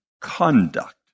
conduct